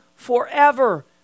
forever